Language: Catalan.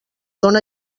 dóna